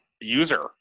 user